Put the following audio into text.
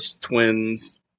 twins